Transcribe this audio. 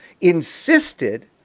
insisted